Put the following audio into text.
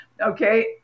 okay